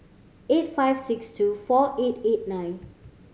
eight five six two four eight eight nine